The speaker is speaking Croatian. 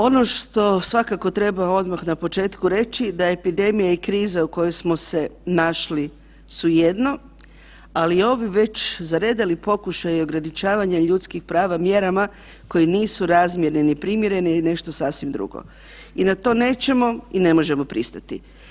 Ono što svakako treba odmah na početku reći da epidemija i kriza u kojoj smo se našli su jedno, ali ovi već zaredali pokušaji ograničavanja ljudskih prava mjerama koje nisu razmjerne ni primjerene je nešto sasvim drugo i na to nećemo i ne možemo pristati.